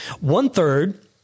One-third